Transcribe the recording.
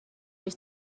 his